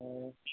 हय